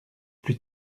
plus